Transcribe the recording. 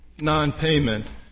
non-payment